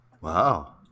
Wow